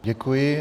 Děkuji.